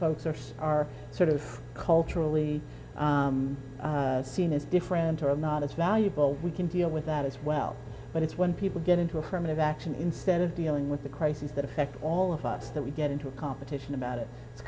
folks are are sort of culturally seen as different and not as valuable we can deal with that as well but it's when people get into affirmative action instead of dealing with the crises that affect all of us that we get into a competition about it